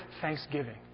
thanksgiving